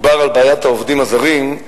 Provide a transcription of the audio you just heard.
דובר על בעיית העובדים הזרים,